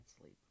sleep